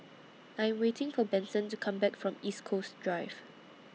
I'm waiting For Benson to Come Back from East Coast Drive